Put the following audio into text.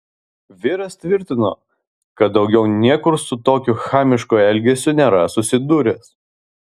vyras tvirtino kad daugiau niekur su tokiu chamišku elgesiu nėra susidūręs